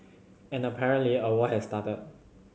and apparently a war has started